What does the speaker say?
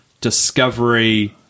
discovery